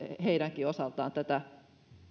heidänkin osaltaan tätä